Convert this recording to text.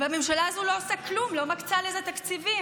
והממשלה הזו לא עושה כלום, לא מקצה לזה תקציבים.